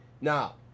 Now